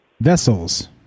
Vessels